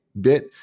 bit